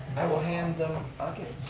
i will hand them a